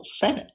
Senate